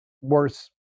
worse